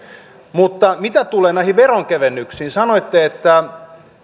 mutta mitä tulee näihin veronkevennyksiin sanoitte että